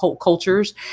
cultures